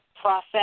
process